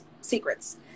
secrets